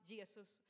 Jesus